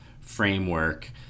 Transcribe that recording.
framework